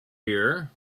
here